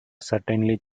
certainly